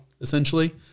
essentially